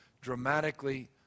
dramatically